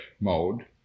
mode